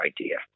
idea